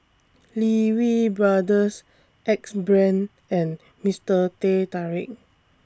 Lee Wee Brothers Axe Brand and Mister Teh Tarik